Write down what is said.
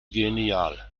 genial